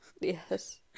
Yes